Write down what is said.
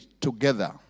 together